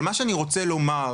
אבל מה שאני רוצה לומר,